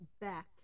back